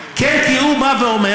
כן, כי הוא בא ואומר: